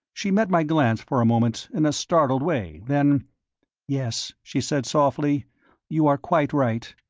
she met my glance for a moment in a startled way, then yes, she said, softly you are quite right.